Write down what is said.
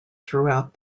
throughout